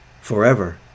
forever